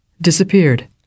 disappeared